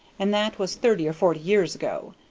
and that was thirty or forty years ago.